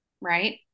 Right